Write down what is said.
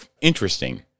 interesting